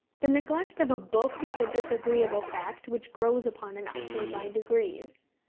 the neglect of a book is a disagreeable fact which grows upon an author by degrees.